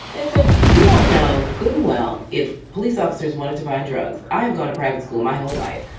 it's like you all know, goodwell, if police officers wanted to find drugs. i have gone to private school my whole life.